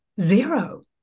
Zero